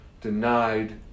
denied